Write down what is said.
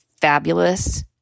fabulous